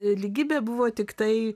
lygybė buvo tiktai